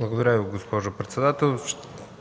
Благодаря Ви, госпожо председател.